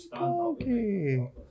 okay